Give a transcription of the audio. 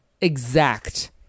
exact